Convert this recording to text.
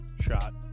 shot